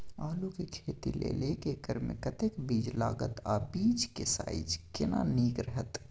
आलू के खेती लेल एक एकर मे कतेक बीज लागत आ बीज के साइज केना नीक रहत?